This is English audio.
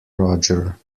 roger